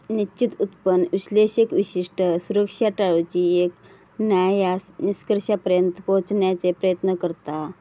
निश्चित उत्पन्न विश्लेषक विशिष्ट सुरक्षा टाळूची की न्हाय या निष्कर्षापर्यंत पोहोचण्याचो प्रयत्न करता